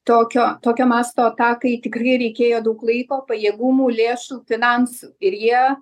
tokio tokio masto atakai tikrai reikėjo daug laiko pajėgumų lėšų finansų ir jie